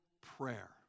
prayer